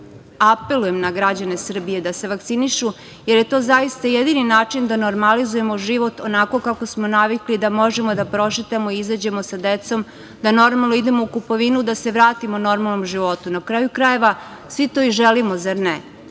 na građane Srbije da se vakcinišu, jer je to zaista jedini način da normalizujemo život onako kako smo navikli da možemo da prošetamo i izađemo sa decom, da normalno idemo u kupovinu, da se vratimo normalnom životu. Na kraju krajeva, svi to i želimo, zar ne?